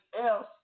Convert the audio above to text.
else